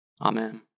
Amen